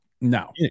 no